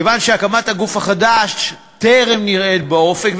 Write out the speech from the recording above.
כיוון שהקמת הגוף החדש טרם נראית באופק,